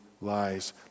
lies